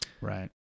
Right